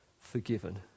forgiven